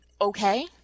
okay